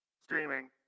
streaming